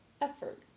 effort